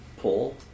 pull